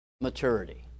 maturity